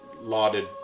lauded